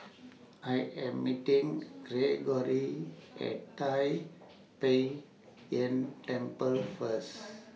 I Am meeting Greggory At Tai Pei Yuen Temple First